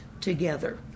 together